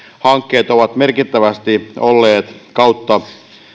hankkeet ovat merkittävästi kautta